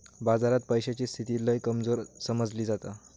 बाजारात पैशाची स्थिती लय कमजोर समजली जाता